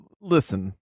listen